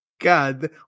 God